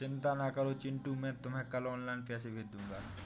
चिंता ना करो चिंटू मैं तुम्हें कल ऑनलाइन पैसे भेज दूंगा